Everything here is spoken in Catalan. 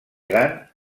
gran